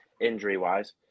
injury-wise